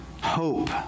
hope